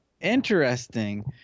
Interesting